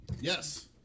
yes